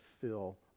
fill